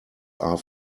are